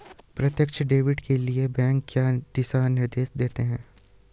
प्रत्यक्ष डेबिट के लिए बैंक क्या दिशा निर्देश देते हैं?